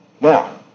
Now